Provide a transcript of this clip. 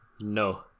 No